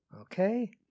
Okay